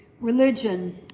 religion